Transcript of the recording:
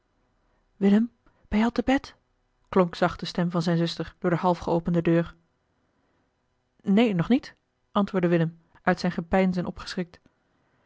je al te bed klonk zacht de stem van zijne zuster door de half geopende deur neen nog niet antwoordde willem uit zijne gepeinzen opgeschrikt